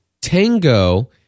Tango